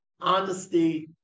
honesty